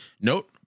note